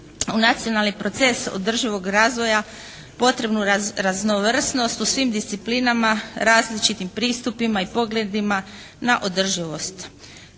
u nacionalni proces održivog razvoja potrebnu raznovrsnost u svim disciplinama, različitim pristupima i pogledima na održivost.